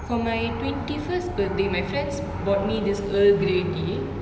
for my twenty first birthday my friends bought me this earl grey tea